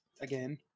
again